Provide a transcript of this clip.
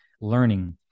learning